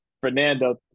Fernando